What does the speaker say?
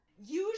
Usually